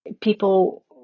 people